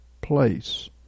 place